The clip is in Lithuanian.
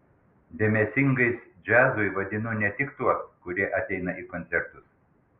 dėmesingais džiazui vadinu ne tik tuos kurie ateina į koncertus